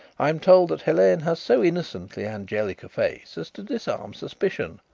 i am told that helene has so innocently angelic a face as to disarm suspicion,